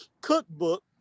cookbook